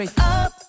Up